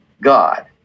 God